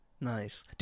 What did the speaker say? nice